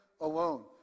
alone